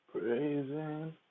Praising